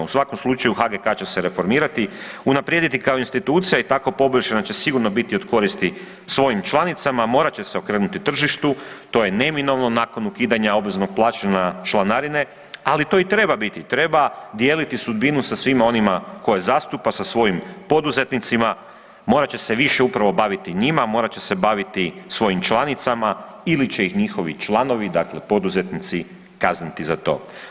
U svakom slučaju HGK će se reformirati, unaprijediti kao institucija i tako poboljšana će sigurno biti od koristi svojim članicama, morat će se okrenuti tržištu to je neminovno, nakon ukidanja obveznog plaćanja članarine, ali to i treba biti, treba dijeliti sudbinu sa svima onima koje zastupa, sa svojim poduzetnicima, morat će se više upravo baviti njima, morat će se baviti svojim članicama ili će ih njihovi članovi, dakle poduzetnici kazniti za to.